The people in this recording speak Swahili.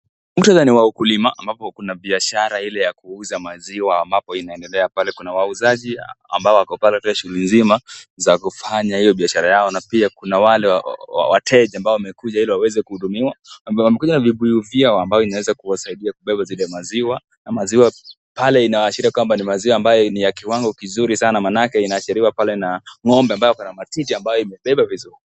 Mkutadha ni wa ukulima ambapo kuna biashara ile ya kuuza za maziwa ambapo inaendelea pale. Kuna wauzaji ambao wako pale katika shughuli nzima za kufanya hiyo biashara yao. Na pia kuna wale wateja ambao wamekuja ili waweze kuhudumiwa. Wamekuja n vibuyu vyio ambayo inaweza kuwasaidia kubeba zile maziwa. Na maziwa pale inaashiria kwamba ni ya kiwango kizuri sana maanake inaashiriwa pale na ng'ombe ambaye ako na matiti ambayo imebeba vizuri.